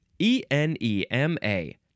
E-N-E-M-A